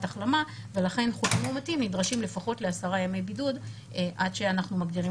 החלמה ולכן לא מחוסנים נדרשים לפחות ל-10 ימי בידוד עד שאנחנו מגדירים